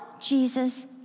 Jesus